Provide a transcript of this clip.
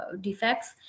defects